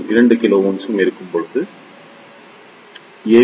முதல் வழக்கில் R1 1 k R2 2 k Rin 0